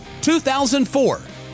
2004